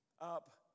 up